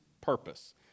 purpose